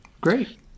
Great